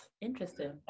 interesting